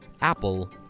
apple